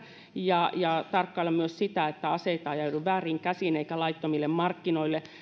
ja ja tarkkailla myös sitä että aseita ei ajaudu vääriin käsiin eikä laittomille markkinoille